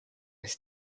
his